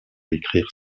écrire